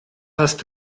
hast